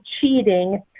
cheating